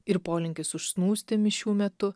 ir polinkis užsnūsti mišių metu